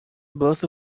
both